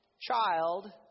child